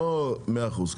לא מאה אחוז.